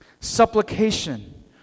supplication